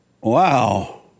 Wow